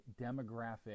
demographic